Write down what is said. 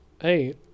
Hey